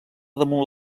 damunt